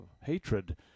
hatred